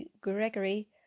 Gregory